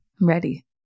Ready